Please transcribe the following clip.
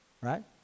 right